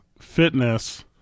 Fitness